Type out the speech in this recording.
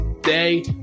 day